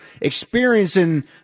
experiencing